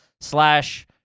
slash